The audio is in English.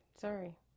Sorry